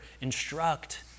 instruct